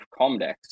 Comdex